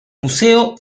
museo